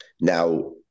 Now